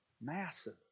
Massive